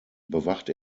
bewacht